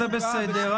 זה בסדר.